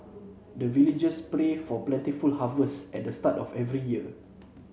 the villagers pray for plentiful harvest at the start of every year